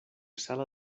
sala